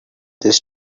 this